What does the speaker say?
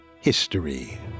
history